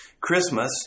Christmas